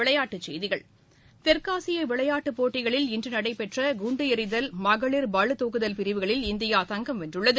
விளையாட்டுச் செய்திகள் தெற்காசிய விளையாட்டுப் போட்டிகளில் இன்று நடைபெற்ற குண்டு எறிதல் மகளிர் பளுதூக்குதல் பிரிவுகளில் இந்தியா தங்கம் வென்றுள்ளது